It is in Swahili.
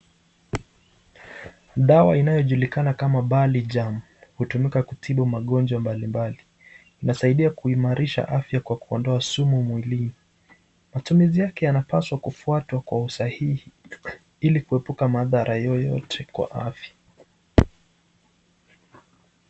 Dawa inayojulikana kama Balijam hutumika kutibu Magonjwa mbali mbali. Inasaidia kuimarisha afya kwa kuondoa sumu mwilini. Matumizi yake yanapaswa kufwatwa kwa usahihi Ili kuepuka maadhara yoyote kwa afya.